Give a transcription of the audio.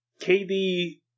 KD